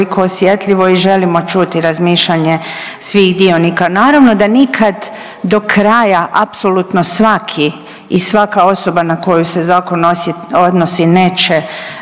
toliko osjetljivo i želimo čuti razmišljanje svih dionika. Naravno da nikad do kraja apsolutno svaki i svaka osoba na koju se zakon odnosi neće